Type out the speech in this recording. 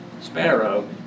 Sparrow